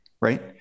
right